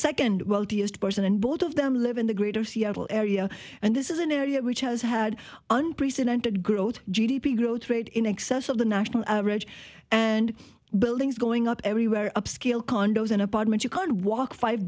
second wealthiest person and both of them live in the greater seattle area and this is an area which has had unprecedented growth g d p growth rate in excess of the national average and buildings going up everywhere upscale condos an apartment you can't walk five